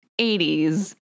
80s